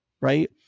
right